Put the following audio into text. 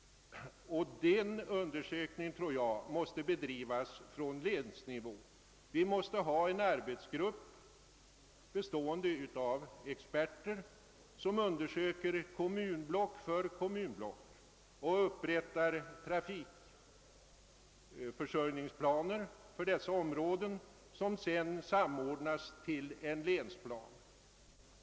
Den undersökningen måste enligt min mening bedrivas på länsnivå. Vi måste ha en arbetsgrupp bestående av experter, som undersöker kommunblock för kommunblock och upprättar trafikförsörjningsplaner för dessa områden som sedan samordnas till en länsplan.